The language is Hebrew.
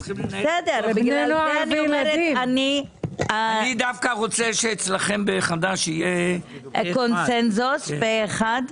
אני דווקא רוצה שאצלכם בחד"ש יהיה פה אחד.